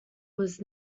was